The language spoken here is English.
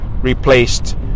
replaced